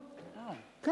כן,